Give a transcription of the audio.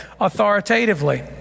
authoritatively